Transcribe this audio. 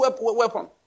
weapon